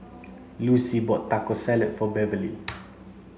Lucie bought Taco Salad for Beverley